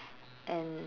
and